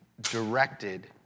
directed